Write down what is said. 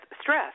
stress